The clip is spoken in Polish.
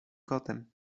kotem